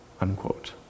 Unquote